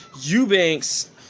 Eubanks